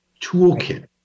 toolkit